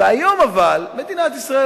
אבל היום מדינת ישראל,